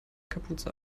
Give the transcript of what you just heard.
kapuze